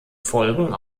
folgen